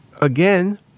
Again